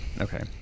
Okay